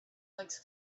legs